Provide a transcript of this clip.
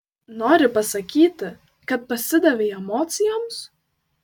nori pasakyti kad pasidavei emocijoms